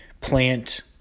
plant